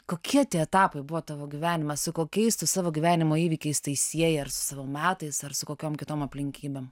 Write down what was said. kokie tie etapai buvo tavo gyvenime su kokiais tu savo gyvenimo įvykiais tai sieji ar su savo metais ar su kokiom kitom aplinkybėm